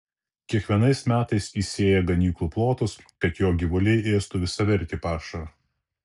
kiekvienais metais įsėja ganyklų plotus kad jo gyvuliai ėstų visavertį pašarą